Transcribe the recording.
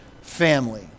family